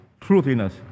truthiness